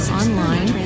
online